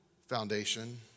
foundation